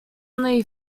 only